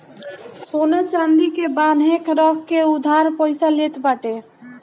सोना चांदी के बान्हे रख के उधार पईसा लेत बाटे